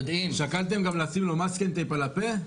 שקלתם גם לשים לו מסקנטייפ על הפה?